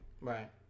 Right